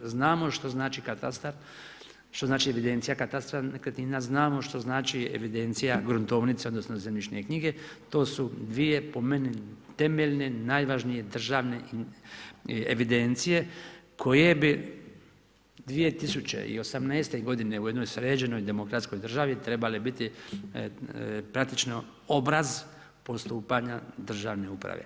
Znamo što znači katastar, što znači evidencija katastra nekretnina, znamo što znači evidencija gruntovnice, odnosno, zemljišne knjige, to su 2 po meni, temeljne, najvažnije, državne evidencije, koje bi 2018. g. u jednoj sređenoj demokratskoj državi trebale biti, praktično obraz postupanja državne uprave.